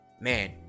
man